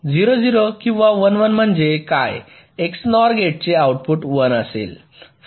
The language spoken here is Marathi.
0 0 किंवा 1 1 म्हणजे काय XNOR गेटचे आउटपुट 1 असेल